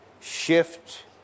shift